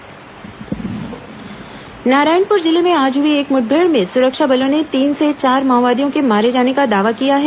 माओवादी मुठभेड़ नारायणपुर जिले में आज हुई एक मुठभेड़ में सुरक्षा बलों ने तीन से चार माओवादियों के मारे जाने का दावा किया है